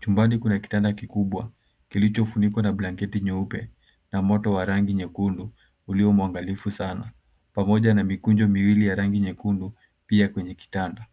Chumbani kuna kitanda kikubwa kilichofunikwa na blanketi nyeupe na moto wa rangi nyekundu uliomwangalifu sana pamoja na mikunjo miwili ra rangi nyekundu pia kwenye kitanda.